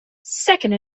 second